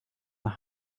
nach